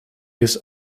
his